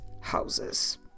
houses